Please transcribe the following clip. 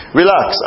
relax